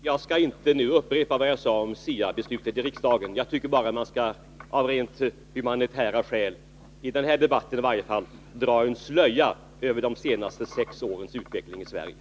Herr talman! Jag skall nu inte upprepa vad jag sade om SIA-beslutet i riksdagen. Jag tycker att man i varje fall i den här debatten av rent humanitära skäl skall dra en slöja över de senaste årens utveckling i Sverige.